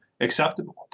acceptable